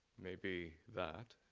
may be that,